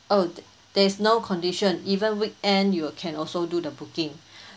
oh t~ there is no condition even weekend you can also do the booking